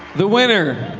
the winner,